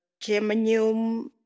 germanium